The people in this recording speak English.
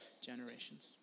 generations